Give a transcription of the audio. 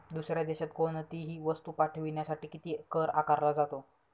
दुसऱ्या देशात कोणीतही वस्तू पाठविण्यासाठी किती कर आकारला जातो?